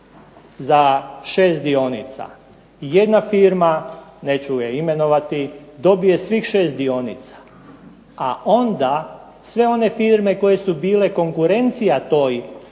za 6 dionica, jedna firma, neću je imenovati, dobije svih 6 dionica, a onda sve one firme koje su bile konkurencija toj